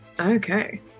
Okay